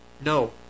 No